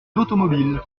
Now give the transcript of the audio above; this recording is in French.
d’automobile